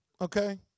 Okay